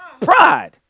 Pride